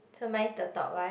so mine is the top one